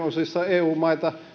osassa eu maita